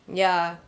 ya